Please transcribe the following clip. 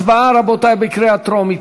הצבעה, רבותי, בקריאה טרומית.